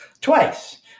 twice